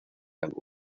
álbum